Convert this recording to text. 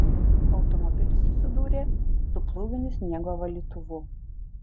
automobilis susidūrė su plūginiu sniego valytuvu